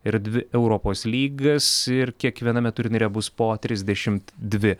ir dvi europos lygas ir kiekviename turnyre bus po trisdešimt dvi